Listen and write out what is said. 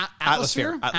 Atmosphere